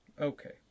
Okay